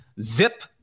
Zip